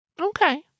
Okay